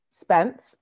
spence